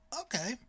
Okay